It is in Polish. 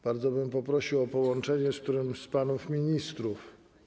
Bardzo bym poprosił o połączenie z którymś z panów ministrów.